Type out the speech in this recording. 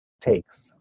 takes